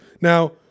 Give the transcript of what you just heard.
now